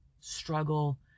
struggle